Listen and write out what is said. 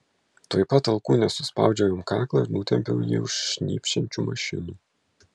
tuoj pat alkūne suspaudžiau jam kaklą ir nutempiau jį už šnypščiančių mašinų